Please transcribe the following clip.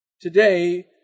Today